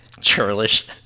Churlish